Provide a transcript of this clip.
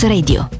Radio